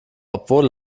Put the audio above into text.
obwohl